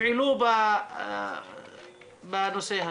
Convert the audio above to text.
תפעלו בנושא הזה?